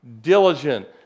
diligent